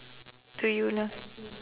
to you lah